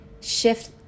shift